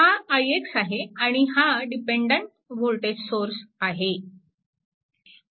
हा ix आहे आणि हा डिपेंडेंट वोल्टेज सोर्स आहे